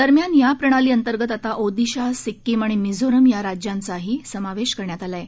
दरम्यान या प्रणाली अंतर्गत आता ओदिशा सिक्कीम आणि मिझोरम या राज्यांचही समावेश करण्यात आला आहे